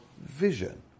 vision